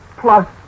plus